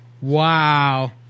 Wow